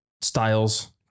styles